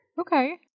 Okay